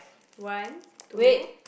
one two